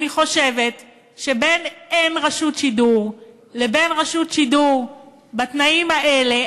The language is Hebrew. אני חושבת שבין אין רשות שידור לבין רשות שידור בתנאים האלה,